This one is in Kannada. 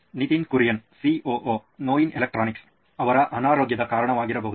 ನಿತಿನ್ ಕುರಿಯನ್ ಸಿಒಒ ನೋಯಿನ್ ಎಲೆಕ್ಟ್ರಾನಿಕ್ಸ್ ಅವರ ಅನಾರೋಗ್ಯದ ಕಾರಣವಾಗಿರಬಹುದು